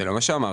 זה לא מה שאמרתי,